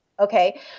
Okay